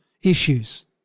issues